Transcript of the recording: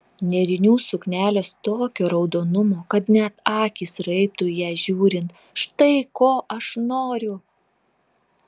nėrinių suknelės tokio raudonumo kad net akys raibtų į ją žiūrint štai ko aš noriu